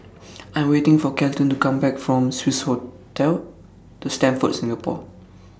I'm waiting For Kelton to Come Back from Swissotel The Stamford Singapore